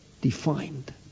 defined